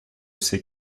ses